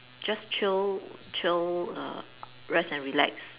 just chill chill err rest and relax